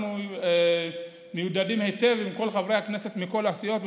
אנחנו מיודדים היטב עם כל חברי הכנסת מכל הסיעות,